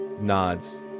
nods